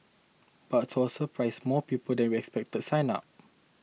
but to our surprise more people than we expected signed up